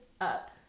up